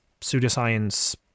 pseudoscience